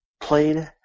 played